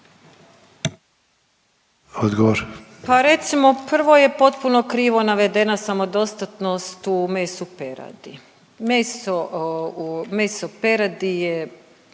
(HDZ)** Pa recimo prvo je potpuno krivo navedena samodostatnost u mesu peradi. Meso peradi je